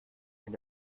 wenn